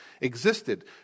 existed